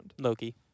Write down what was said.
Loki